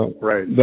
right